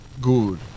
good